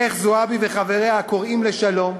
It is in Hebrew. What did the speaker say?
איך זועבי וחבריה קוראים לשלום?